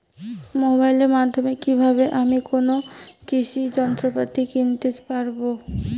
মোবাইলের মাধ্যমে কীভাবে আমি কোনো কৃষি যন্ত্রপাতি কিনতে পারবো?